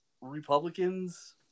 Republicans